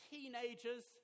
Teenagers